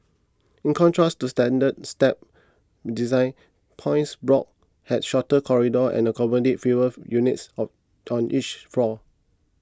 in contrast to standard stab design points blocks had shorter corridors and accommodated fewer units of on each floor